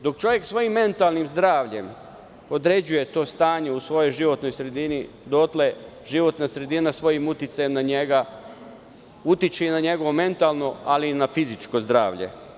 Dok čovek svojim mentalnim zdravljem određuje to stanje u svojoj životnoj sredini dotle životna sredina svojim uticajem na njega utiče i na njegovo mentalno, ali i na fizičko zdravlje.